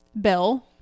bill